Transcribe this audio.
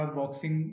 boxing